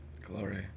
Glory